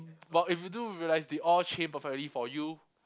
but if you do realise they all perfectly for you